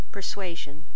Persuasion